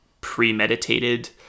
premeditated